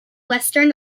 western